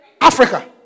Africa